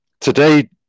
Today